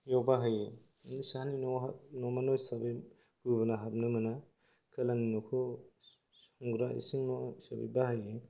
बेयाव बाहायो साहानि न'वा न'मा न' हिसाबै गुबुना हाबनो मोना खोलानि न'खौ संग्रा इसिं न' हिसाबै बाहायो